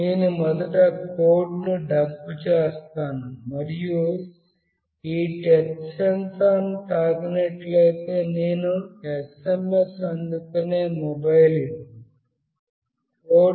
నేను మొదట కోడ్ను డంప్ చేస్తాను మరియు ఈ టచ్ సెన్సార్ను తాకినట్లయితే నేను SMS అందుకునే మొబైల్ ఇది